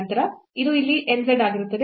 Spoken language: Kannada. ನಂತರ ಅದು ಇಲ್ಲಿ n z ಆಗಿರುತ್ತದೆ